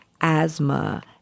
asthma